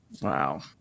wow